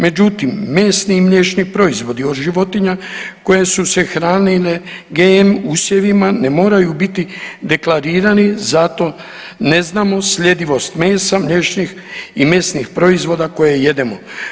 Međutim, mesni i mliječni proizvodi od životinja koje su se hranile GM usjevima na moraju deklarirani zato ne znamo sljedivost mesa, mliječnih i mesnih proizvoda koje jedemo.